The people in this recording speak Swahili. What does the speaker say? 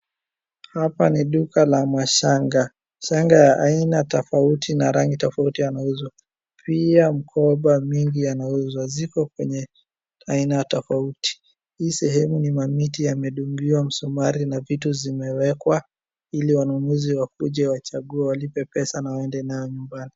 Hapa ni duka la mashanga. Shanga ya aina tofauti na rangi tofauti yanauzwa. Pia mkoba mingi yanauzwa. Ziko kwenye aina tofauti. Hii sehemu ni mamiti yamedungiliwa msumari na vitu zimewekwa ili wanunuzi wakuje wachague, walipe pesa na waende nayo nyumbani.